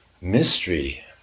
mystery